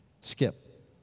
Skip